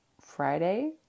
Friday